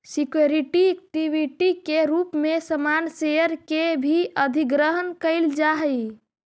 security equity के रूप में सामान्य शेयर के भी अधिग्रहण कईल जा हई